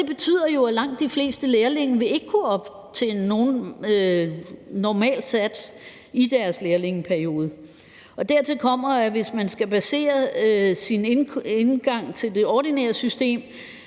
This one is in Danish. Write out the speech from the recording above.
det betyder jo, at langt de fleste lærlinge ikke vil kunne optjene nogen normal sats i deres lærlingeperiode. Dertil kommer, at hvis man skal basere sin indgang til det ordinære system